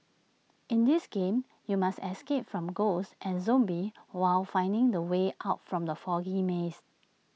in this game you must escape from ghosts and zombies while finding the way out from the foggy maze